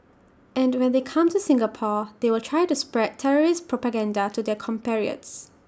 and when they come to Singapore they will try to spread terrorist propaganda to their compatriots